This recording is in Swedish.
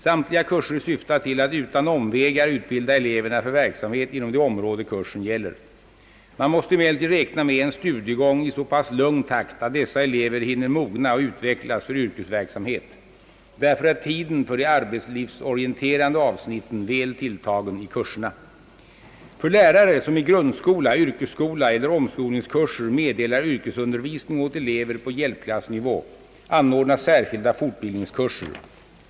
Samtliga kurser syftar till att utan omvägar utbilda eleverna för verksamhet inom det område kursen gäller. Man måste emellertid räkna med en studiegång i så pass lugn takt att dessa elever hinner mogna och utvecklas för yrkesverksamhet. Därför är tiden för de arbetslivsorien terande avsnitten väl tilltagen i kurserna. För lärare som i grundskola, yrkesskola eller omskolningskurser meddelar yrkesundervisning åt elever på hjälpklassnivå anordnas särskilda fortbildningskurser.